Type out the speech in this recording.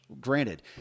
Granted